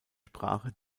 sprache